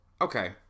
Okay